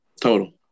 total